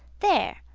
there!